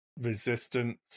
resistance